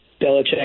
Belichick